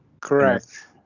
Correct